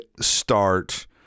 start